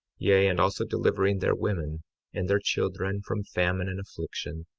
yea, and also delivering their women and their children from famine and affliction,